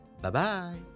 Bye-bye